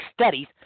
studies